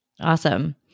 Awesome